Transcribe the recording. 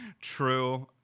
true